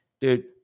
dude